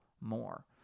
more